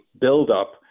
buildup